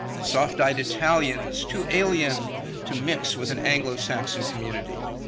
soft-eyed italians too alien to mix with an anglo-saxon community.